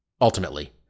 ultimately